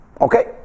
Okay